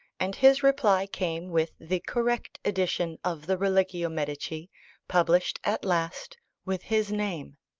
and his reply came with the correct edition of the religio medici published at last with his name.